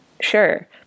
sure